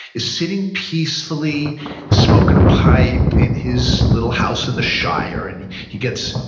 is sitting peacefully smoking a pipe in his little house in the shire, and he gets